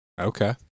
Okay